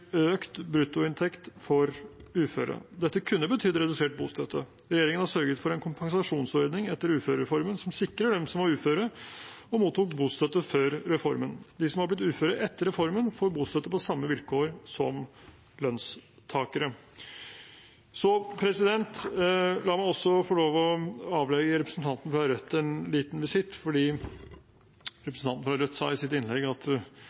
økt bruttoinntekt for uføre. Dette kunne betydd redusert bostøtte. Regjeringen har sørget for en kompensasjonsordning etter uførereformen som sikrer dem som var uføre og mottok bostøtte før reformen. De som har blitt uføre etter reformen, får bostøtte på samme vilkår som lønnstakere. La meg også få lov å avlegge representanten fra Rødt en liten visitt. Hun sa i sitt innlegg at